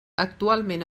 actualment